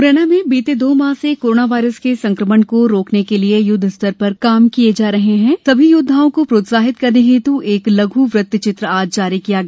मुरैना में बीते दो माह से कोरोना वायरस के संक्रमण को रोकने के लिये युद्व स्तर पर काम कर रहे सभी योद्वाओं को प्रोत्साहित करने हेत् एक लघ् वृत्त चित्र आज जारी किया गया